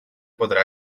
podrà